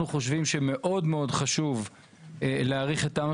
אנחנו חושבים שמאוד מאוד חשוב להאריך את תמ"א